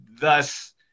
thus